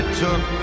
took